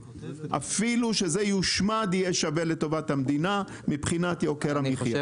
אפילו שזה יושמד יהיה שווה לטובת המדינה מבחינת יוקר המחיה.